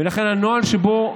הנוהל שבו,